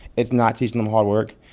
it's not teaching them hard work.